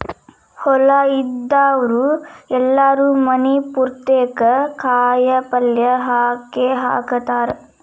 ಹೊಲಾ ಇದ್ದಾವ್ರು ಎಲ್ಲಾರೂ ಮನಿ ಪುರ್ತೇಕ ಕಾಯಪಲ್ಯ ಹಾಕೇಹಾಕತಾರ